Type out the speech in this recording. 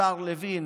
השר לוין,